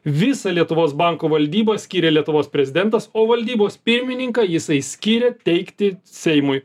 visą lietuvos banko valdybą skyrė lietuvos prezidentas o valdybos pirmininką jisai skyrė teikti seimui